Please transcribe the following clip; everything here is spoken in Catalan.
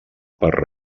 per